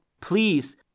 please